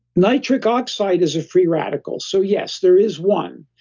nitric oxide is a free radical. so yes, there is one,